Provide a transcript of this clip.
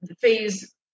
phase